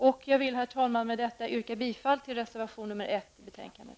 Med det vill jag yrka bifall till reservation 1 i betänkandet.